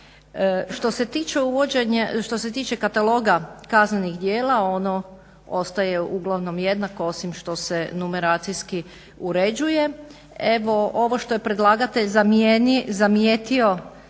Što se tiče kataloga kaznenih djela, ono ostaje uglavnom jednako osim što se numeracijski uređuje. Evo ovo što je predlagatelj zamijetio